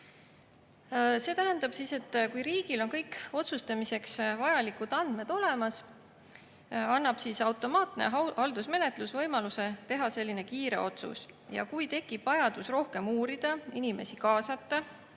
See tähendab, et kui riigil on kõik otsustamiseks vajalikud andmed olemas, annab automaatne haldusmenetlus võimaluse teha kiire otsus. Kui aga tekib vajadus rohkem uurida, inimesi kaasata